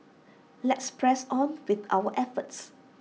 let's press on with our efforts